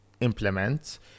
implement